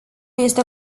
este